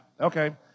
okay